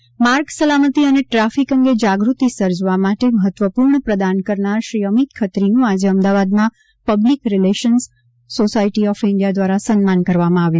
traffic award માર્ગ સલામતી અને ટ્રાફિક અંગે જાગૃતિ સર્જવા માટે મહત્વપૂર્ણ પ્રદાન કરનાર શ્રી અમિત ખત્રીનું આજે અમદાવાદમાં public relations society of India દ્વારા સન્માન કરવામાં આવ્યું